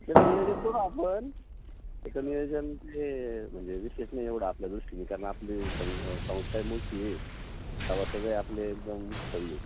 त्याचं नियोजन करू आपण त्याचं नियोजन ते म्हणजे विशेष नाही एवढं आपल्या दृष्टीने कारण आपली सं संस्था मूळची आहे सभासद आहे आपले एकदम